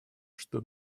что